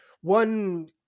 one